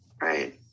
right